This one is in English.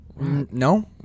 No